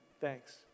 Thanks